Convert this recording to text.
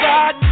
God